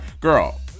Girl